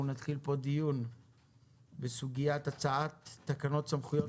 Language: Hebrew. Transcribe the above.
אנחנו נתחיל פה דיון בסוגיית הצעת תקנות סמכויות